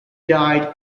died